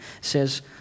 says